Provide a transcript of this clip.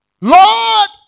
Lord